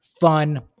fun